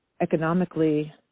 economically